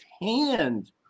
hand